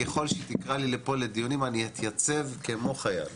ככל שהיא תקרא לי לפה לדיונים אני אתייצב כמו חייל.